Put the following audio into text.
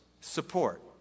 Support